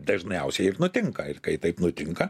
dažniausiai ir nutinka ir kai taip nutinka